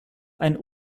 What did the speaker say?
einen